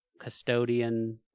custodian